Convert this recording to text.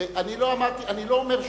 אני לא אומר שום,